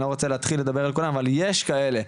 אני לא רוצה להתחיל לדבר על כולם אבל יש כאלה,